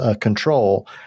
Control